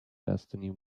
destiny